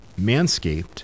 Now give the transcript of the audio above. Manscaped